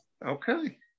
okay